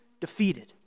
defeated